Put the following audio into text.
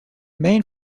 main